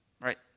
Right